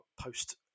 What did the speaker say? post